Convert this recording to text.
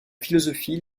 philosophie